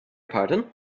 pardon